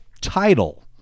title